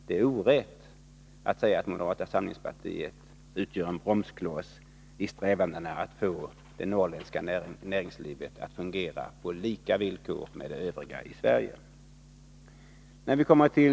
Det är orätt att säga att moderata samlingspartiet utgör en bromskloss i strävandena att få det norrländska näringslivet att fungera på lika villkor i förhållande till näringslivet i övriga Sverige.